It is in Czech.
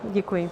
Děkuji.